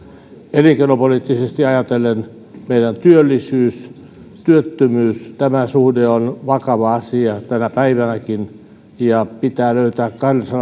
elinkeinopoliittisesti ajatellen meidän työllisyyden ja työttömyyden suhde on vakava asia tänä päivänäkin ja pitää löytää